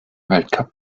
weltcup